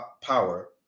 power